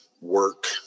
work